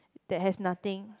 that has nothing